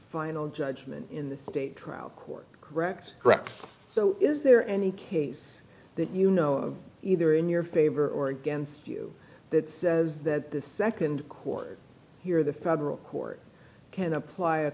final judgment in the state trial court correct correct so is there any case that you know of either in your favor or against you that says that the nd quarter here the federal court can apply a